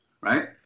Right